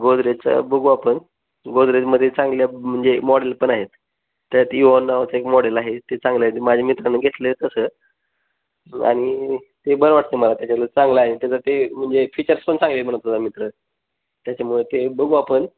गोदरेजचं बघू आपण गोदरेजमध्ये चांगल्या म्हणजे मॉडेल पण आहेत त्यात इवन नावचं एक मॉडेल आहे ते चांगलं आहे माझ्या मित्राने घेतले तसं आणि ते बरं वाटते मला त्याच्या चांगलं आहे त्याचं ते म्हणजे फीचर्स पण चांगले म्हटला मित्र त्याच्यामुळे ते बघू आपण